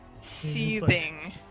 seething